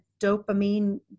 dopamine